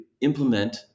implement